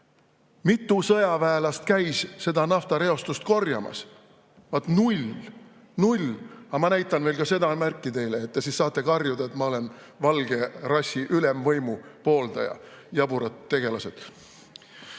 Mitu sõjaväelast käis seda naftareostust korjamas? Null! Null! Aga ma näitan veel ka seda märki teile, siis te saate karjuda, et ma olen valge rassi ülemvõimu pooldaja, jaburad tegelased.